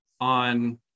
on